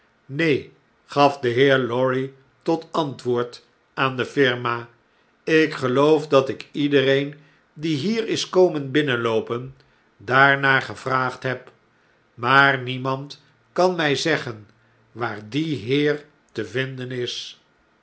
neen gaf de heer lorry tot antwoord aan de firma ik geloof dat ik iedereen die hier is komen binnenloopen daarnaar gevraagd heb maar niemand kan my zeggen waar die heer te vinden is